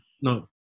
no